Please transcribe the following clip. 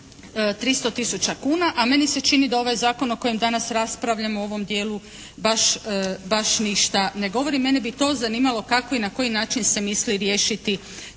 300 tisuća kuna a meni se čini da ovaj zakon o kojem danas raspravljamo u ovom dijelu baš ništa ne govori. Mene bi to zanimalo kako i na koji način se misli riješiti